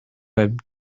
had